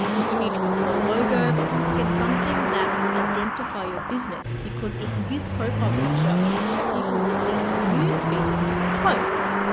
image of your logo, but once again something that will identify your business. because it's this profile picture that people will see in the news feed when you post.